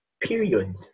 period